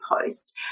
post